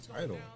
title